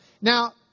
Now